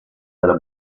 della